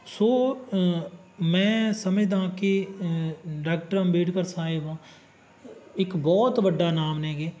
ਸੋ ਮੈਂ ਸਮਝਦਾਂ ਕਿ ਡਾਕਟਰ ਅੰਬੇਡਕਰ ਸਾਹਿਬ ਇੱਕ ਬਹੁਤ ਵੱਡਾ ਨਾਮ ਨੇ ਹੈਗੇ